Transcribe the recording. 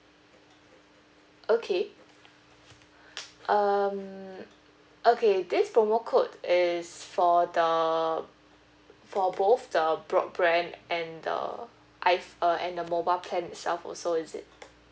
okay um okay this promo code is for the for both the broadband and the ipho~ uh and the mobile plan itself also is it